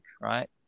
right